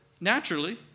naturally